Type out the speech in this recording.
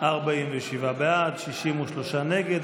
47 בעד, 63 נגד.